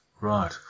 Right